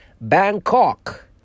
Bangkok